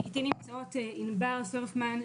איתי נמצאות ענבר סויירפמן,